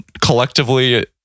Collectively